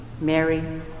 Mary